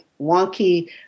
wonky